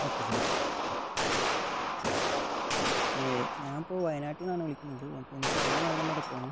okay sir ഞാൻ ഇപ്പോൾ വായനാട്ടിന്നാണ് വിളിക്കുന്നത് അപ്പോൾ എനിക്കവിടുന്ന് അവിടം വരെ പോകണം